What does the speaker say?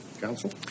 Counsel